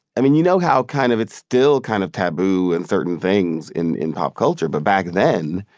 i mean, you know how kind of it's still kind of taboo in certain things in in pop culture. but back then,